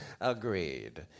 Agreed